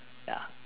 ya